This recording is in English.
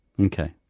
Okay